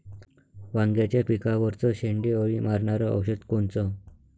वांग्याच्या पिकावरचं शेंडे अळी मारनारं औषध कोनचं?